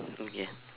okay